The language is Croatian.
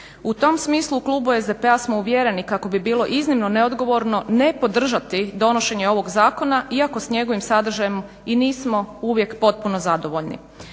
U tom smislu u klubu SDP-a smo uvjereni kako bi bilo iznimno neodgovorno ne podržati donošenje ovog zakona iako s njegovim sadržajem i nismo uvijek potpuno zadovoljni.